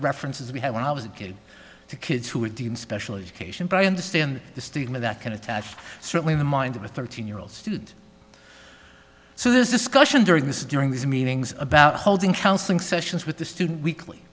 references we had when i was a kid to kids who are deemed special education but i understand the stigma that can attach certainly in the mind of a thirteen year old student so this is question during this during these meetings about holding counseling sessions with the student weekly